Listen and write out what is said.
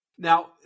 Now